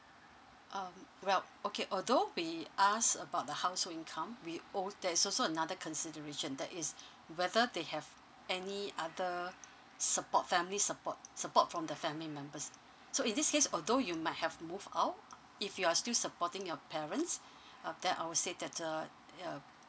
um well okay although we ask about the household income we o~ there's also another consideration that is whether they have any other support family support support from the family members so in this case although you might have move out if you're still supporting your parents uh then I will say that uh uh